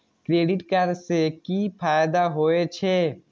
Credit card से कि फायदा होय छे?